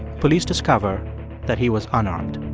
police discover that he was unarmed.